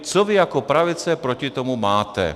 Co vy jako pravice proti tomu máte?